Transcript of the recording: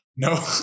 No